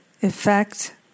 Effect